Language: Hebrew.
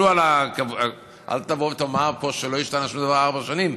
אל תבוא ותאמר פה שלא השתנה שום דבר ארבע שנים.